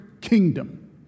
kingdom